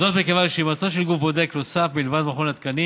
מכיוון שהימצאו של גוף בודק נוסף מלבד מכון התקנים